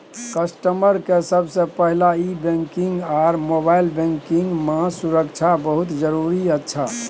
customer के सबसे पहला ई बैंकिंग आर मोबाइल बैंकिंग मां सुरक्षा बहुत जरूरी अच्छा